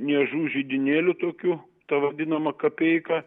niežų židinėliu tokiu ta vadinama kapeika